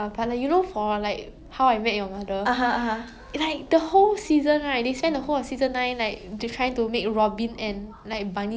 on your wedding on like their relationship you know then season ten out of the way they divorced then you know ted right which is the the main guy like the main guy was talking about how he met his mother